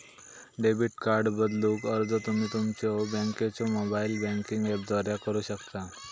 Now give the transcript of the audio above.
debit card बदलूक अर्ज तुम्ही तुमच्यो बँकेच्यो मोबाइल बँकिंग ऍपद्वारा करू शकता